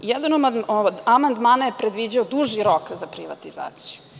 Jedan od amandmana je predviđao duži rok za privatizaciju.